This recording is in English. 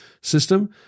system